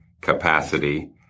capacity